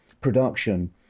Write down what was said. production